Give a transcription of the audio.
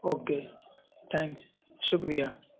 okay thanks شکریہ